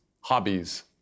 hobbies